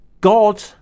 God